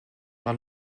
par